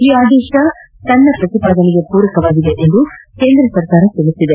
ಈ ಆದೇಶ ಇದು ತನ್ನ ಪ್ರತಿಪಾದನೆಗೆ ಪೂರಕವಾಗಿದೆ ಎಂದು ಕೇಂದ್ರ ಸರಕಾರ ತಿಳಿಸಿದೆ